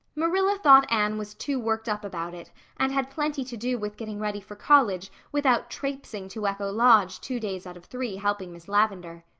marilla thought anne was too worked up about it and had plenty to do with getting ready for college without traipsing to echo lodge two days out of three helping miss lavendar.